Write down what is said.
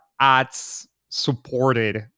ads-supported